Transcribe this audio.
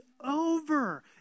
over